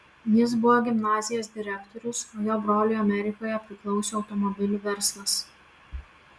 jis buvo gimnazijos direktorius o jo broliui amerikoje priklausė automobilių verslas